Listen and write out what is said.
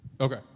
Okay